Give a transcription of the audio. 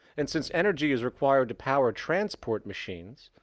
and since energy is required to power transport machines,